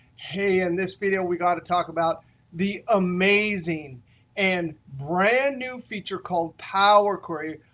hey, in this video we've got to talk about the amazing and brand new feature called power query,